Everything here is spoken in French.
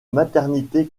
maternité